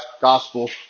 gospel